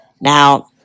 Now